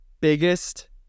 Biggest